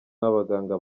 n’abaganga